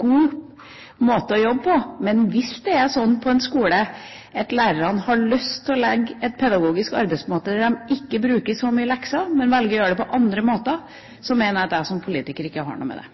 god måte å jobbe på. Men hvis det er sånn på en skole at lærerne har lyst til å bruke en pedagogisk arbeidsmåte der de ikke bruker så mye lekser, men velger å gjøre det på andre måter, mener jeg at jeg som politiker ikke har noe med det.